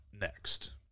next